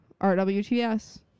RWTS